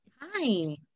Hi